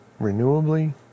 renewably